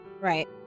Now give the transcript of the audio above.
Right